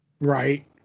right